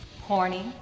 horny